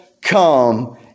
come